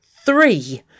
three